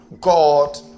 God